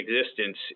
existence